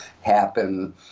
happen